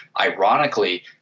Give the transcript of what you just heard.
Ironically